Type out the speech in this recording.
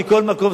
מכל מקום,